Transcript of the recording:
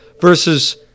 versus